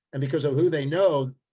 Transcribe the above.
and because of who they know,